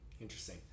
Interesting